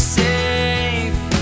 safe